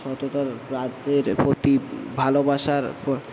সততার রাজ্যের প্রতি ভালোবাসার